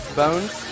bones